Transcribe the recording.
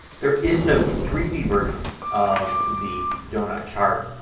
there is no three d version of the donut chart,